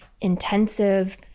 intensive